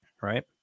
right